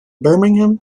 birmingham